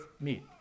meet